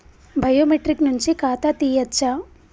Biometric నుంచి ఖాతా తీయచ్చా?